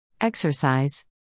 Exercise